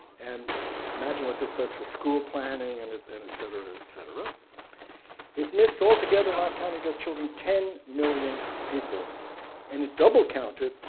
and imagine what this does for school planning, and and etcetera, etcetera, it missed all together not counting just children ten million people and it double counted,